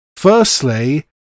Firstly